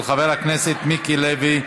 של חבר הכנסת מיקי לוי.